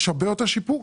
יש הרבה יותר שיפור.